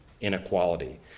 inequality